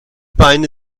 beine